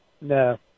No